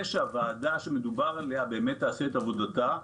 שהוועדה שמדובר עליה באמת תעשה את עבודתה.